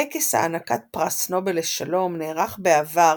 טקס הענקת פרס נובל לשלום נערך בעבר